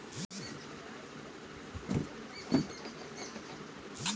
दुनिया भर मे जउनो समान के आयात निर्याट होत हौ, ओकर जांच यही के ठप्पा से होला